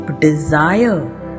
desire